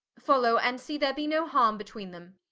follow, and see there be no harme betweene them.